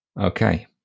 Okay